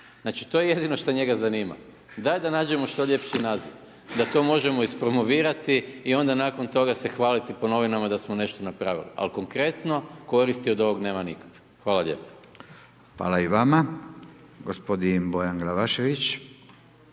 Znači, to je jedino što njega zanima. Daj da nađemo što ljepši naziv, da to možemo ispromovirati i onda nakon toga se hvaliti po novinama da smo nešto napravili. Ali konkretno koristi od ovog nema nikakve. Hvala lijepo. **Radin, Furio (Nezavisni)** Hvala i vama. Gospodin Bojan Glavašević.